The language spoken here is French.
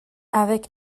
avec